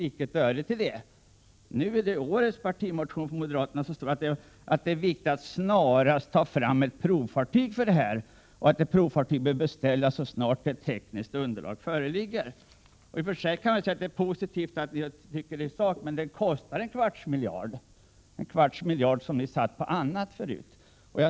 Men i årets partimotion från moderaterna står det att det är viktigt att snarast ta fram ett provfartyg och att ett provfartyg bör beställas så snart ett tekniskt underlag föreligger. I och för sig kan jag säga att det är positivt i sak, men det kostar en kvarts miljard, pengar som ni satsat på annat förut.